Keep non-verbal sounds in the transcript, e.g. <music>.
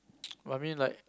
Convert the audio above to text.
<noise> I mean like